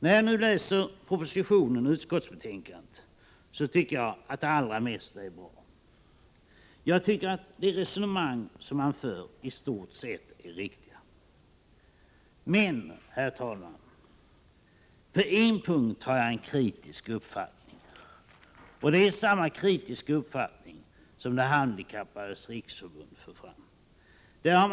När jag nu läser propositionen och utskottsbetänkandet tycker jag att det allra mesta är bra. Jag tycker att de resonemang man för är i stort sett riktiga. Men, herr talman, på en punkt har jag en kritisk uppfattning, och det är samma kritiska uppfattning som De handikappades riksförbund har framfört.